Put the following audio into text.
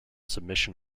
submission